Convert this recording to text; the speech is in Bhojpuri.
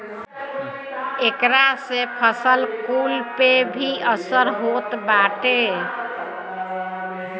एकरा से फसल कुल पे भी असर होत बाटे